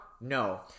No